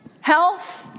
Health